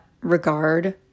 regard